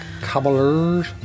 cobblers